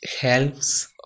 helps